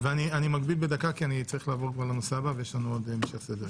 אני מגביל בדקה כי אני צריך לעבור כבר לנושא הבא ויש לנו המשך סדר-יום.